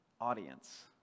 audience